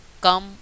come